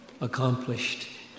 accomplished